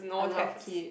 I love kid